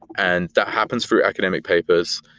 and that happens for academic papers.